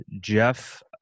Jeff